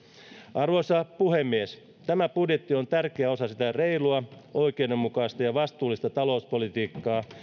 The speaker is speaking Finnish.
arvoisa puhemies tämä budjetti on tärkeä osa sitä reilua oikeudenmukaista ja vastuullista talouspolitiikkaa